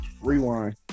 Rewind